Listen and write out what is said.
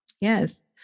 Yes